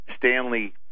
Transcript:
Stanley